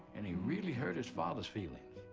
and he really hurt his father's feelings.